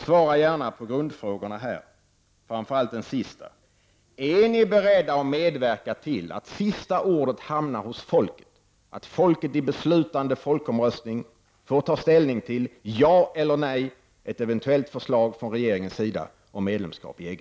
Svara gärna på de grundläggande frågorna här, framför allt på den sista frågan: Är ni beredda att medverka till att folket får sista ordet, till att folket i en beslutande folkomröstning få ta ställning och säga ja eller nej till ett eventuellt förslag från regeringens sida om medlemskap i EG?